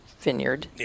Vineyard